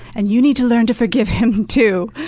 and you need to learn to forgive him to.